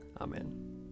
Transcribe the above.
Amen